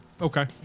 Okay